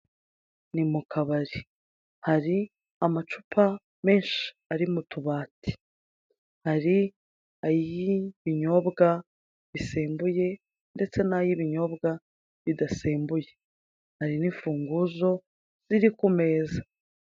Ni mu kabari, hari amacupa menshi ari mu tubati, hari ay'ibinyobwa bisembuye ndetse n'ay'ibinyobwa bidasembuye, hari n'imfunguzo ziri ku meza.